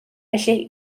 felly